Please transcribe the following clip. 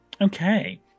okay